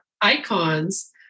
icons